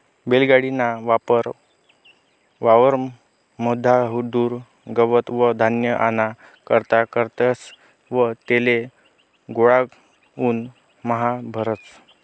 बैल गाडी ना वापर वावर म्हादुन गवत व धान्य आना करता करतस व तेले गोडाऊन म्हा भरतस